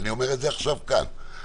אני אומר עכשיו כאן,